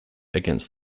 against